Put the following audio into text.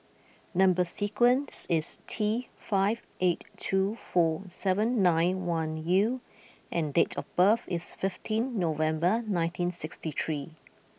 number sequence is T five eight two four seven nine one U and date of birth is fifteen November nineteen sixty three